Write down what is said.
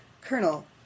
Colonel